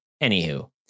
anywho